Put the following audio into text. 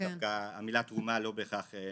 שדווקא המילה תרומה לא בהכרח מתאימה.